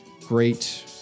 great